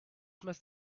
must